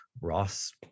Ross